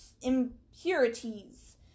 impurities